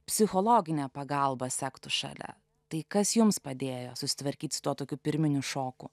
psichologine pagalba sektų šalia tai kas jums padėjo susitvarkyti su tuo tokiu pirminiu šoku